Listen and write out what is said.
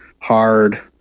hard